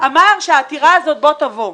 אמר שהעתירה הזאת בוא תבוא.